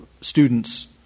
students